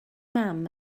mam